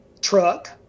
truck